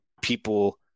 people